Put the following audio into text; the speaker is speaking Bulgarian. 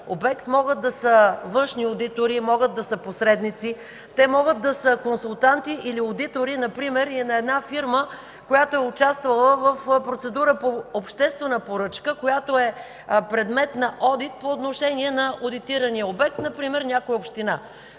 обект, могат да са външни одитори, могат да са посредници, те могат да са консултанти или одитори например и на една фирма, която е участвала в процедура по обществена поръчка, която е предмет на одит по отношение на одитирания обект, например някоя община.